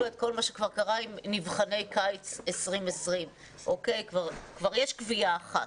את כל מה שכבר קרה עם מבחני קיץ 2020. כבר יש קביעה אחת.